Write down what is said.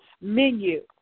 menu